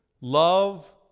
love